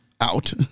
out